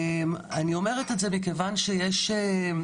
אני אומרת את זה מכיוון שלי ברור